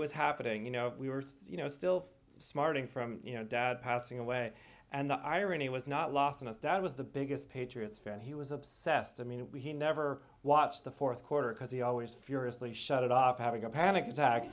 was happening you know we were you know still smarting from you know dad passing away and the irony was not lost on us dad was the biggest patriots fan and he was obsessed i mean he never watched the fourth quarter because he always furiously shut it off having a panic attack